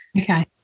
Okay